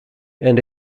and